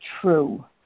true